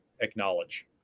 acknowledge